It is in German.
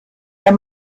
der